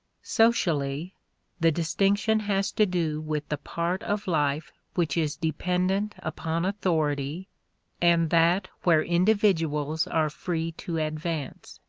socially the distinction has to do with the part of life which is dependent upon authority and that where individuals are free to advance.